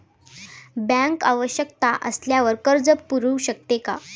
Bank आवश्यकता असल्यावर कर्ज पुरवू शकते का?